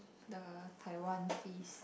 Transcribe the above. the Taiwan fees